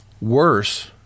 Worse